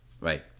right